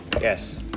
Yes